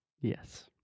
Yes